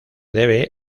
debe